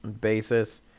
basis